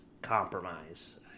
Compromise